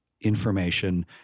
information